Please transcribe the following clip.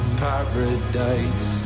paradise